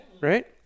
right